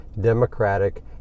democratic